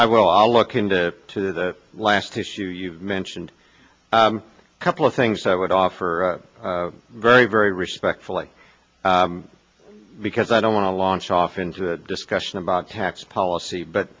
i will i'll look into to the last issue you've mentioned a couple of things i would offer very very respectfully because i don't want to launch off into a discussion about tax policy but